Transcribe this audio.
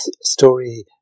story